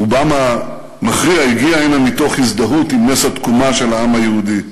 רובם המכריע הגיע הנה מתוך הזדהות עם נס התקומה של העם היהודי,